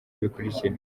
bikurikira